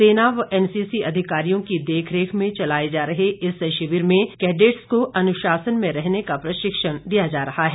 सेना व एनसीसी अधिकारियों की देखरेख में चलाए जा रहे इस शिविर में कैडेट्स को अनुशासन में रहने का प्रशिक्षण दिया जा रहा है